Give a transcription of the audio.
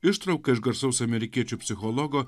ištrauka iš garsaus amerikiečių psichologo